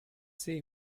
see